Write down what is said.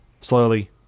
Slowly